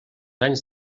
anys